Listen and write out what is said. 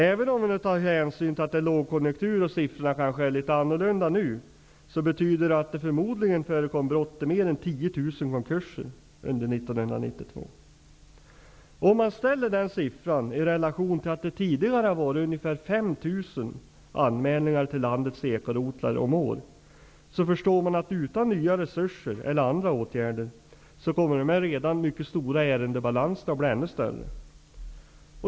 Även om vi tar hänsyn till att det är lågkonjunktur och att siffrorna kanske är litet annorlunda nu, betyder detta att det förmodligen förekom brott i mer än 10 000 Om man ställer denna siffra i relation till att det tidigare per år har gjorts ungefär 5 000 anmälningar till landets ekorotlar, förstår man att utan nya resurser eller andra åtgärder kommer de redan mycket stora ärendebalanserna att bli ännu större.